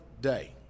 day